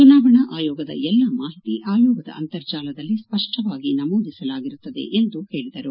ಚುನಾವಣಾ ಆಯೋಗದ ಎಲ್ಲ ಮಾಹಿತಿ ಆಯೋಗದ ಅಂತರ್ಜಾಲದಲ್ಲಿ ಸ್ಪಷ್ಟವಾಗಿ ನಮೂದಿಸಲಾಗಿರುತ್ತದೆ ಎಂದು ಅವರು ಹೇಳಿದರು